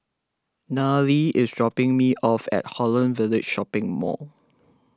Nayely is dropping me off at Holland Village Shopping Mall